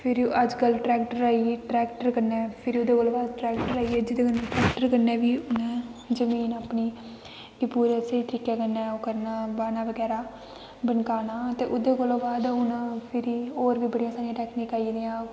फिर अजकल्ल ट्रैक्टर आई गे ते ट्रैक्टर कन्नै फिर ओह्दै बाद ट्रैक्टर आई गे जेह्दे बाद ट्रैक्टर कन्नै बी जमीन अपनी कि पूरा इक्कै दिनै च बाह्ना बगैरा बनकाना ओह्दै कौला बाद हून होर बी बड़ी सारी टैकनीक आई दियां न